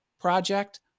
project